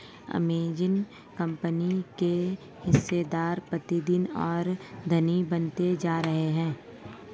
Amazon company के हिस्सेदार प्रतिदिन और धनी बनते जा रहे हैं